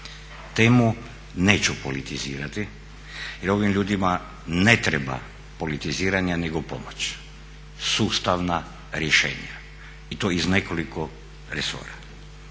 Temu neću politizirati jer ovim ljudima ne treba politiziranje nego pomoć, sustavna rješenja. I to iz nekoliko resora.